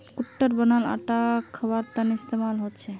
कुट्टूर बनाल आटा खवार तने इस्तेमाल होचे